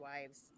wives